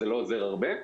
זה לא עוזר הרבה.